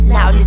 Now